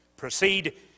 Proceed